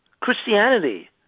Christianity